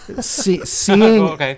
seeing